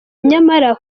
nyamara